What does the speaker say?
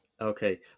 Okay